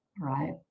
right